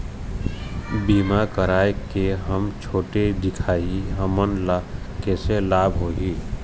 बीमा कराए के हम छोटे दिखाही हमन ला कैसे लाभ होही?